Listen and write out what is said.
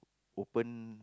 open